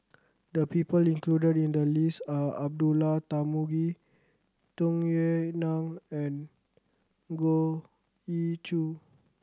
the people included in the list are Abdullah Tarmugi Tung Yue Nang and Goh Ee Choo